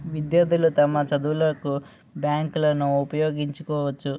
విద్యార్థులు తమ చదువులకు బ్యాంకులను ఉపయోగించుకోవచ్చు